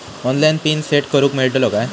Online pin set करूक मेलतलो काय?